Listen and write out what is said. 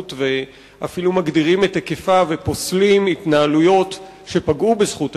ואפילו מגדירים את היקפה ופוסלים התנהלויות שפגעו בזכות ההיוועצות,